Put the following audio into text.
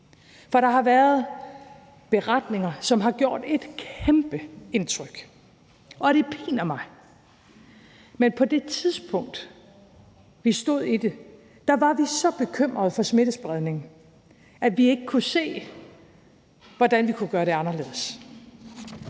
For der har været beretninger, som har gjort et kæmpe indtryk, og det piner mig. Men på det tidspunkt, vi stod i det, var vi så bekymrede for smittespredning, at vi ikke kunne se, hvordan vi kunne gøre det anderledes.